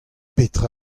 petra